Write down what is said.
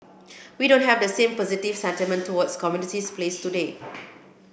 we don't have the same positive sentiment towards commodities plays today